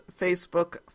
Facebook